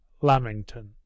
Lamington